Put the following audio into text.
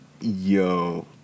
yo